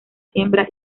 siembra